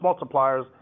multipliers